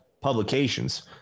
publications